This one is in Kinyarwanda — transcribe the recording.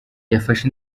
yafashe